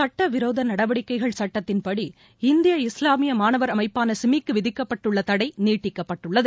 சட்டவிரோதநடவடிக்கைகள் சட்டத்தின்படி இந்திய இஸ்லாமியமாணவர் அமைப்பானசிமி க்கு விதிக்கப்பட்டுள்ளதடைநீட்டிக்கப்பட்டுள்ளது